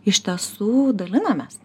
iš tiesų dalinamės